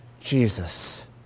Jesus